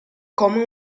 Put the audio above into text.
come